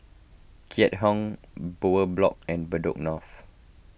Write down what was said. Keat Hong Bowyer Block and Bedok North